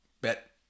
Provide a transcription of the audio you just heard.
bet